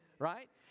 right